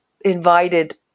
invited